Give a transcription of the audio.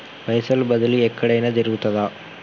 పైసల బదిలీ ఎక్కడయిన జరుగుతదా?